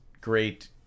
great